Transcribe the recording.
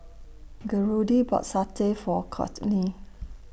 Gertrude bought Satay For Courtney